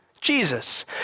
Jesus